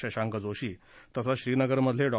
शशांक जोशी तसंच श्रीनगरमधले डॉ